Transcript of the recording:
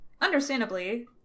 understandably